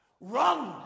run